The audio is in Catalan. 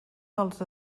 dels